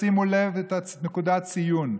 שימו לב לנקודת הציון,